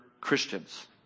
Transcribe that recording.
Christians